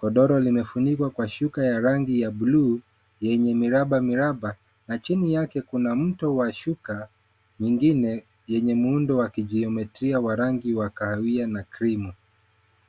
Godoro limefunikwa kwa shuka ya rangi ya bluu yenye miraba miraba, na chini yake kuna mto wa shuka nyingine yenye muundo wa kijiyometia wa rangi wakahawia na krimu.